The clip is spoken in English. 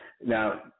Now